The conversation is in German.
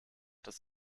das